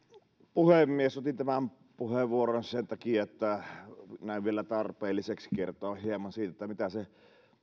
puhemies otin tämän puheenvuoron sen takia että näen vielä tarpeelliseksi kertoa hieman siitä mitä se